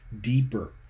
deeper